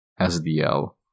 SDL